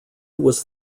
was